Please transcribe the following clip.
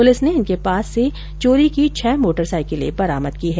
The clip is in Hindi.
पुलिस ने इनके पास से चोरी की छह मोटर साइकिलें बरामद की हैं